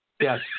Yes